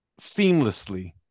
seamlessly